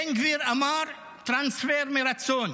בן גביר אמר: טרנספר מרצון.